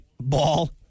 ball